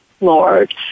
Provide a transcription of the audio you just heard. lord